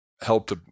helped